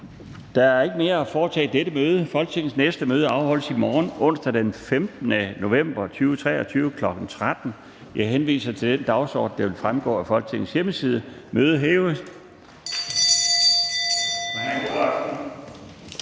Der er ikke mere at foretage i dette møde. Folketingets næste møde afholdes i morgen, onsdag den 15. november 2023, kl. 13.00. Jeg henviser til den dagsorden, der vil fremgå af Folketingets hjemmeside. Mødet er hævet.